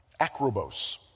acrobos